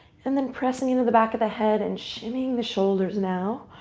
and then pressing into the back of the head and shimmying the shoulders, now,